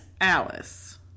Alice